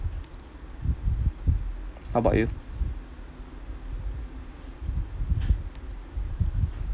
how about you